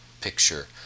picture